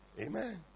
Amen